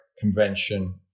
convention